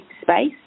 space